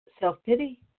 self-pity